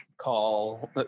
call